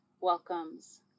welcomes